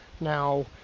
Now